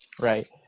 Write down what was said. Right